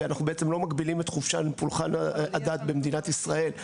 כי אנחנו בעצם לא מגבילים את פולחן הדת במדינת ישראל.